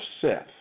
Seth